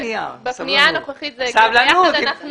בפנייה הנוכחית זה הגיע ביחד.